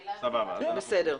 בסדר.